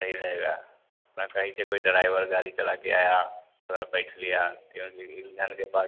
सही रहेगा अपना कहीं से कोई ड्राइवर गाड़ी चला कर आया थोड़ा बैठ लिया क्योंकि ईंधन के पास